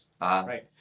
right